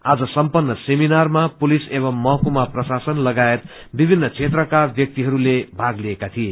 आज सम्पन्न सेमिनारमा पुलिस एवं महकुमा प्रशासन लगायत विभिन्न क्षेत्र वा व्यक्तिहरूले भाग लिएका थिए